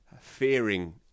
fearing